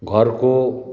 घरको